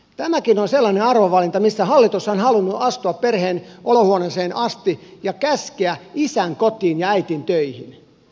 tämäkin on sellainen arvovalinta missä hallitus on halunnut astua perheen olohuoneeseen asti ja käskeä isän kotiin ja äidin töihin